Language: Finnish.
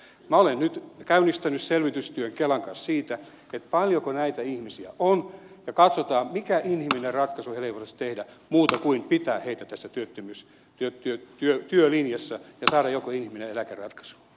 minä olen nyt käynnistänyt selvitystyön kelan kanssa siitä paljonko näitä ihmisiä on ja katsotaan mikä inhimillinen ratkaisu heille voitaisiin tehdä muuta kuin pitää heitä työlinjassa ja saada joku inhimillinen eläkeratkaisu